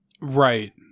right